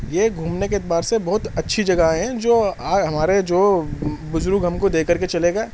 یہ گھومنے کے اعتبار سے بہت اچھی جگہیں ہیں جو آج ہمارے جو بزرگ ہم کو دے کر کے چلے گئے